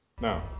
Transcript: Now